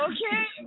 Okay